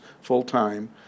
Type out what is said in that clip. full-time